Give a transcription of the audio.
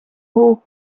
who